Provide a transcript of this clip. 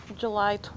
July